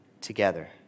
together